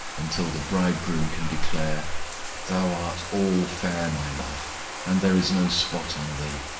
until the bridegroom can declare thou art all fair, my love and there is no spot on thee.